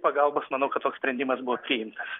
pagalbos manau kad toks sprendimas buvo priimtas